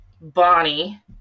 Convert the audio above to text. Bonnie